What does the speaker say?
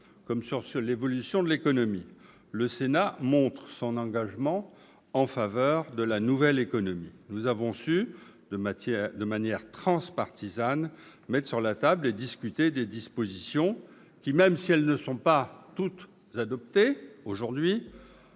comme sur l'évolution économique en général, le Sénat montre son engagement en faveur de la nouvelle économie. Nous avons su, de manière transpartisane, mettre sur la table et discuter des mesures qui, même si elles n'ont pas toutes été adoptées,